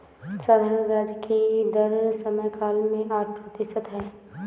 साधारण ब्याज की दर समयकाल में आठ प्रतिशत है